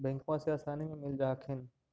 बैंकबा से आसानी मे मिल जा हखिन?